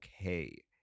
okay